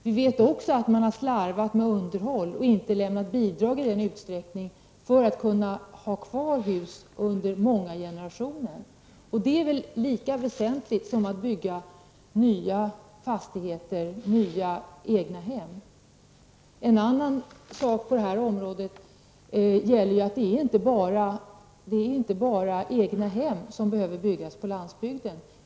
Vi vet också att man har slarvat med underhåll och inte lämnat bidrag i den utsträckning som behövs för att kunna ha kvar hus i många generationer. Det är väl lika väsentligt som att bygga nya egnahem. Det är inte bara egnahem som behöver byggas på landsbygden.